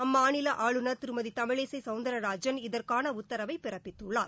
அம்மாநில ஆளுநர் திருமதி தமிழிசை சௌந்தர்ராஜன் இதற்கான உத்தரவை பிறப்பித்துள்ளார்